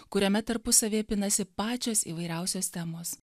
kuriame tarpusavyje pinasi pačios įvairiausios temos